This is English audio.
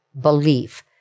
belief